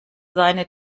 seine